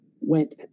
went